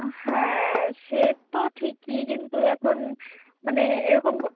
হ্যাঁ সে তো ঠিকই কিন্তু এখন মানে এরকম কো